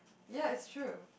ya it's true